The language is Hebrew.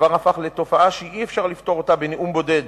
כבר הפך לתופעה שאי-אפשר לפתור אותה בנאום בודד,